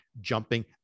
jumping